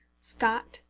scott,